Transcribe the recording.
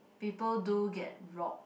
people do get robbed